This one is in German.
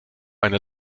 einer